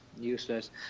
Useless